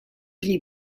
gli